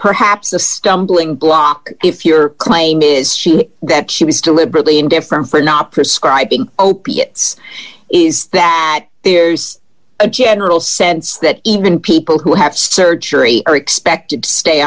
perhaps a stumbling block if your claim is she that she was deliberately indifferent for not prescribing opiates is that there's a general sense that even people who have surgery are expected to stay